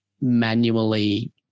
manually